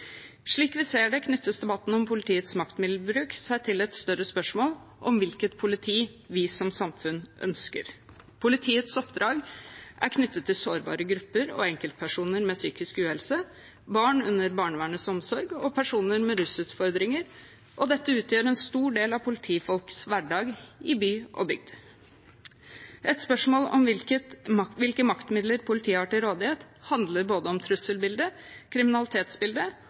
Slik vi ser det, knytter debatten om politiets maktmiddelbruk seg til et større spørsmål om hvilket politi vi som samfunn ønsker. Politiets oppdrag er knyttet til sårbare grupper og enkeltpersoner med psykisk uhelse, barn under barnevernets omsorg og personer med rusutfordringer, og dette utgjør en stor del av politifolks hverdag i by og bygd. Et spørsmål om hvilke maktmidler politiet har til rådighet, handler både om